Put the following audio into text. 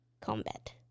combat